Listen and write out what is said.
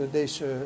deze